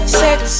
sex